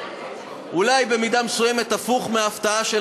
אולי במידה מסוימת הפוכה מההפתעה של